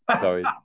sorry